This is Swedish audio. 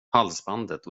halsbandet